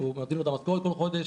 אתה מביא לו את המשכורת כל חודש.